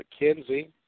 McKenzie